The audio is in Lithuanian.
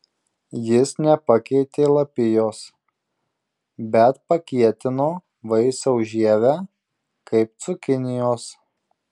jis nepakeitė lapijos bet pakietino vaisiaus žievę kaip cukinijos